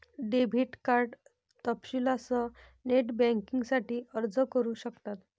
debit card तपशीलांसह net बँकिंगसाठी अर्ज करू शकतात